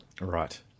Right